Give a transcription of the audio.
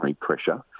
pressure